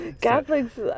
Catholics